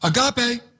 agape